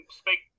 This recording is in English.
speak